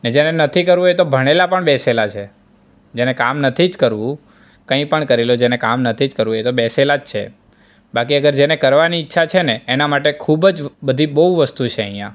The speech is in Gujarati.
ને જેને નથી કરવું એ તો ભણેલા પણ બેસેલા છે જેને કામ નથી જ કરવું કંઈ પણ કરીલો જેને કામ નથી કરવું એ તો બેસેલા જ છે બાકી જેને કરવાની ઈચ્છા છેને એના માટે ખૂબ જ બધી બહુ વસ્તુઓ છે અહીંયાં